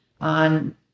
on